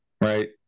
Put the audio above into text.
right